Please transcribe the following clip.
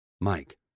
Mike